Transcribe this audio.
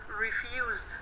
refused